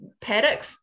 paddock